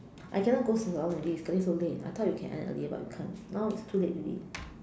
I cannot go so long already it's getting so late I thought we can end earlier but we can't now it's too late already